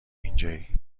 اینجایی